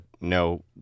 no